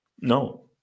No